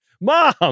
Mom